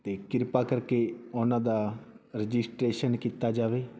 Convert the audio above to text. ਅਤੇ ਕਿਰਪਾ ਕਰਕੇ ਉਹਨਾਂ ਦਾ ਰਜਿਸਟਰੇਸ਼ਨ ਕੀਤਾ ਜਾਵੇ